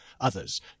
Others